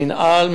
מינהל,